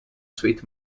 suite